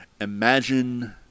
Imagine